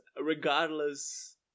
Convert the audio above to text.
regardless